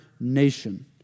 nation